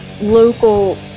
local